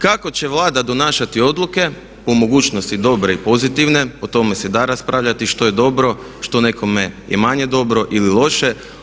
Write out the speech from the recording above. Kako će Vlada donašati odluke, po mogućnosti dobre i pozitivne, o tome se da raspravljati, što je dobro, što nekome je manje dobro ili loše.